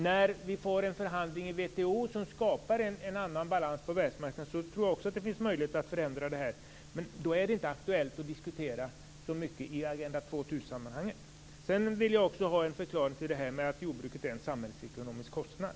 När vi får en förhandling i WTO som skapar en annan balans på världsmarknaden tror jag också att det finns möjlighet att göra förändringar, men då är det inte så aktuellt att diskutera i Agenda 2000 sammanhanget. Jag vill också ha en förklaring till påståendet att jordbruket är en samhällsekonomisk kostnad.